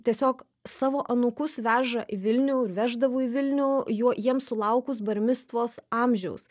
tiesiog savo anūkus veža į vilnių veždavo į vilnių juo jiems sulaukus bar micvos amžiaus